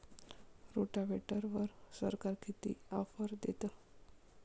रोटावेटरवर सरकार किती ऑफर देतं?